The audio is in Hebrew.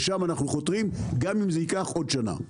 לשם אנחנו חותרים, גם אם זה ייקח עוד שנה.